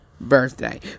birthday